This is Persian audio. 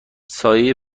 سایه